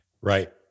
Right